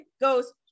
goes